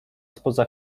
spoza